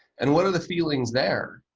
and what are the feelings there?